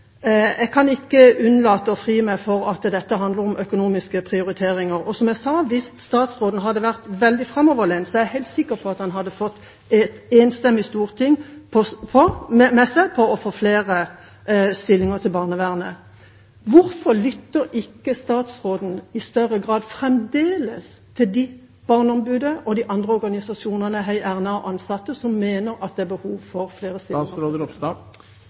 Jeg kan ikke fri meg for å tenke at dette handler om økonomiske prioriteringer. Som jeg sa: Hvis statsråden hadde vært veldig framoverlent, er jeg helt sikker på at han hadde fått et enstemmig storting med seg på å få flere stillinger til barnevernet. Hvorfor lytter ikke statsråden i større grad fremdeles til Barneombudet og organisasjonene, bl.a. #heierna og ansatte, som mener at det er behov for flere